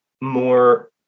more